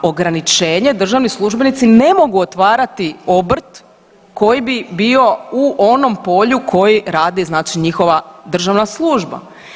Ograničenje, državni službenici ne mogu otvarati obrt koji bi bio u onom polju koji radi znači njihova državna služba.